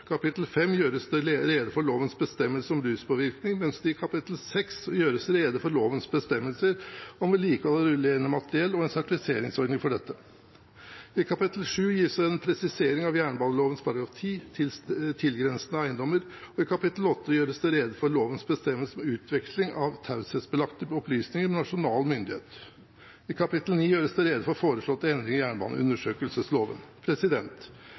kapittel 5 gjøres det rede for lovens bestemmelser om ruspåvirkning, mens det i kapittel 6 gjøres rede for lovens bestemmelser om vedlikehold av rullende materiell og en sertifiseringsordning for dette. I kapittel 7 gis en presisering av jernbaneloven § 10 – Tilgrensende eiendommer – og i kapittel 8 gjøres det rede for lovens bestemmelser om utveksling av taushetsbelagte opplysninger med nasjonale myndigheter. I kapittel 9 gjøres det rede for de foreslåtte endringene i jernbaneundersøkelsesloven.